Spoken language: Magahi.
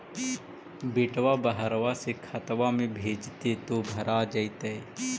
बेटा बहरबा से खतबा में भेजते तो भरा जैतय?